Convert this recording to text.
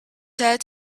had